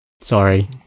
Sorry